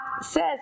says